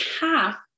half